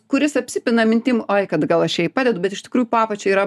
kuris apsipina mintim oi kad gal aš čia jai padedu bet iš tikrųjų po apačia yra